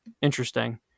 Interesting